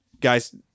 Guys